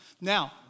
Now